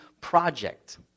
project